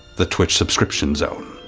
the twitch subscription zone?